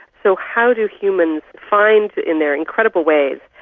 so how do humans find, in their incredible ways,